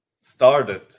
started